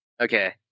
Okay